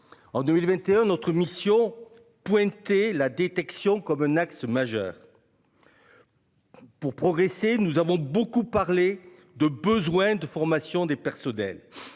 En 2021 notre mission Puente la détection comme un axe majeur. Pour progresser, nous avons beaucoup parlé de besoins, de formation des personnels.